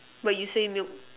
but you say milk